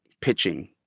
pitching